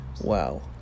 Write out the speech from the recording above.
Wow